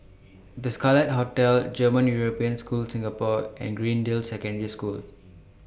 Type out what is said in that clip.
The Scarlet Hotel German European School Singapore and Greendale Secondary School